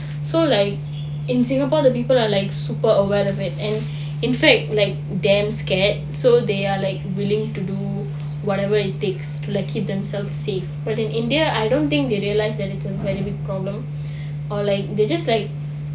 so like in singapore the people are like super aware of it and in fact like damn scared so they are like willing to do whatever it takes to keep themselves safe but in india I don't think they realise that is a very big problem or like they just like